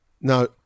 Now